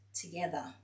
together